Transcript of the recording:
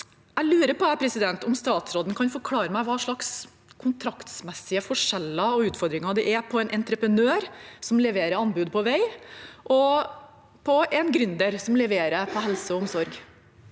Jeg lurer på om statsråden kan forklare meg hva slags kontraktsmessige forskjeller og utfordringer det er med hensyn til en entreprenør som leverer anbud på vei, og en gründer som leverer på helse og omsorg.